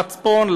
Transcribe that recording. מצפון,